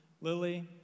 Lily